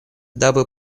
дабы